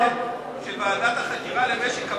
שוועדת החקירה למשק המים,